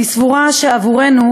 אני סבורה שבעבורנו,